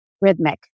rhythmic